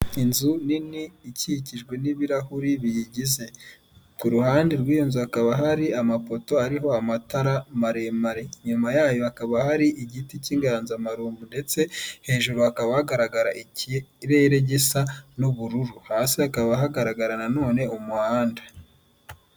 Inzu nini ikikijwe n'ibirahuri biyigize, ku ruhande rw'iyo nzu hakaba hari amapoto ariho amatara maremare, inyuma yayo hakaba hari igiti cy'inganzamarumbo ndetse hejuru hakaba hagaragara ikirere gisa n'ubururu, hasi hakaba hagaragara na none umuhanda.